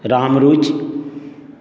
Ramruchi